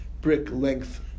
brick-length